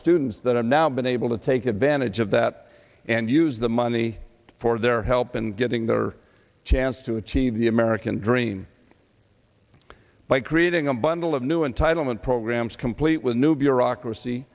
students that are now been able to take advantage of that and use the money for their help in getting their chance to achieve the american dream by creating a bundle of new entitlement programs complete with new bureaucracy